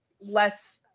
less